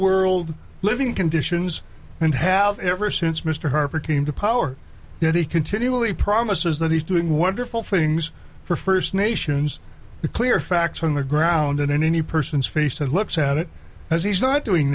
world living conditions and have ever since mr harper came to power that he continually promises that he's doing wonderful things for first nations the clear facts on the ground in any person's face and looks at it as he's not doing